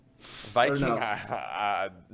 Viking